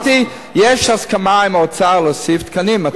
אני אמרתי: יש הסכמה עם האוצר להוסיף תקנים.